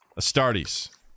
astartes